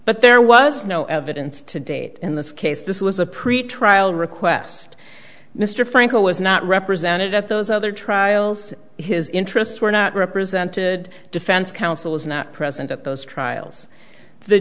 but there was no evidence to date in this case this was a pretrial request mr franco was not represented at those other trials his interests were not represented defense counsel was not present at those trials the